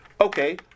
Okay